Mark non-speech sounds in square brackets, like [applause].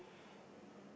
[breath]